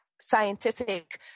scientific